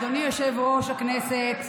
אדוני יושב-ראש הכנסת,